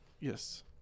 Yes